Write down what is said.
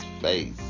face